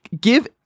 give